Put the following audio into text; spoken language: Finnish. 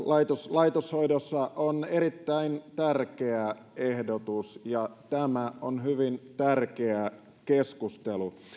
laitoshoidossa on erittäin tärkeä ehdotus ja tämä on hyvin tärkeä keskustelu